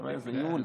אתה רואה, זה ייעול.